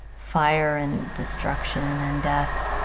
fire and destruction and death,